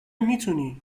میتونی